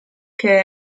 che